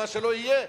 מה שלא יהיה,